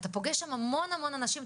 אתה פוגש שם המון אנשים,